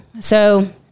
So-